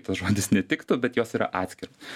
tas žodis netiktų bet jos yra atskiros